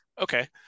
Okay